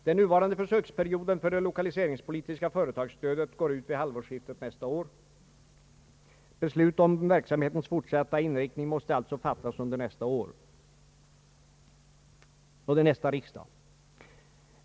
Den nuvarande försöksperioden för det lokaliseringspolitiska företagsstödet går ut vid halvårsskiftet nästa år. Beslut om verksamhetens fortsatta in riktning måste alltså fattas under nästa riksdag.